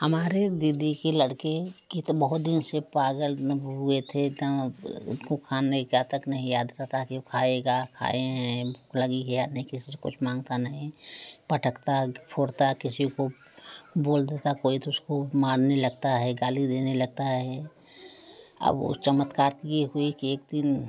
हमारे दीदी के लड़के कित बहुत दिन से पागल में हुए थे तो उसको खाने का तक नहीं याद रहता कि वह खाएगा खाए हैं भूख लगी है या नहीं किसी से कुछ मांगता नहीं पटकता फोड़ता किसी को बोल देता कोई तो उसको मारने लगता है गाली देने लगता है और वह चमत्कार तिए हुई कि एक दिन